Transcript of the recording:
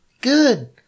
Good